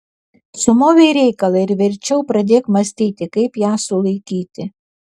sumovei reikalą ir verčiau pradėk mąstyti kaip ją sulaikyti